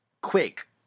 quick